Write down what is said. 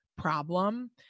problem